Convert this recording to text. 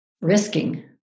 risking